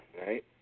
right